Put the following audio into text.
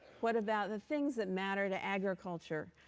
what about the things that matter to agriculture?